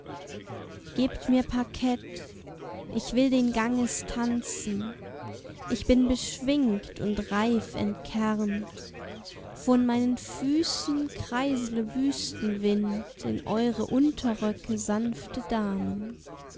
gebt mir parkett ich will den ganges tanzen ich bin beschwingt und reif entkernt von meinen füßen kreisle wüstenwind in eure unterröcke sanfte